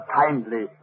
kindly